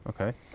Okay